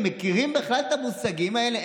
הם מכירים בכלל את המושגים האלה?